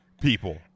people